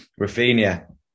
Rafinha